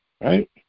Right